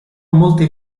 molte